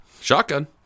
Shotgun